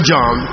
John